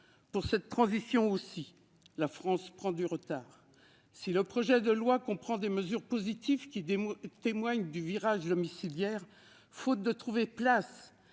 Dans cette transition aussi, la France prend du retard ! Si le projet de loi comprend des mesures positives, qui témoignent du virage domiciliaire, celles-ci